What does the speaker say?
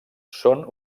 són